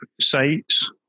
sites